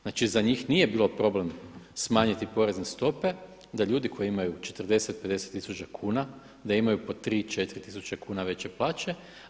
Znači za njih nije bilo problem smanjiti porezne stope da ljudi koji imaju 40, 50 tisuća kuna, da imaju po 3, 4 tisuće kuna veće plaće.